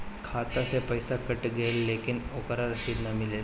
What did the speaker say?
खाता से पइसा कट गेलऽ लेकिन ओकर रशिद न मिलल?